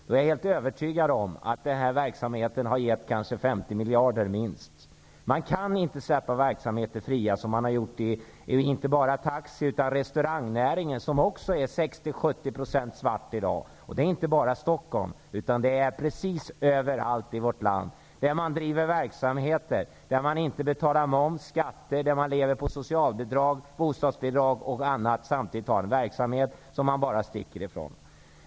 Jag är övertygad om att denna verksamhet har givit minst 50 miljarder. Man kan inte släppa verksamheter så fria som man har gjort beträffande inte bara taxi utan också restaurangnäringen, som är till 60--70 % svart i dag. Det gäller inte bara Stockholm utan överallt i vårt land, där man driver verksamheter men inte betalar moms och skatter utan lever på socialbidrag och bostadsbidrag och sedan bara sticker från verksamheten.